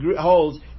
holds